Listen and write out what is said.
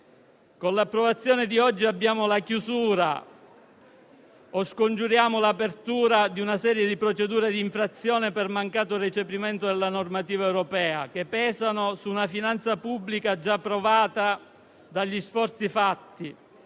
con l'approvazione di oggi abbiamo la chiusura o scongiuriamo l'apertura di una serie di procedure di infrazione per mancato recepimento della normativa europea, procedure che pesano su una finanza pubblica già provata dagli sforzi fatti